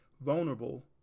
vulnerable